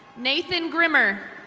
nathan grimmer.